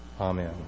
Amen